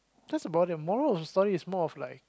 just about it moral of the story is more of like